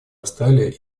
австралия